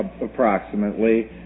approximately